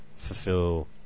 Fulfill